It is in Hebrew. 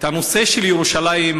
הנושא של ירושלים,